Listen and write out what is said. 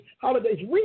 holidays